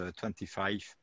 25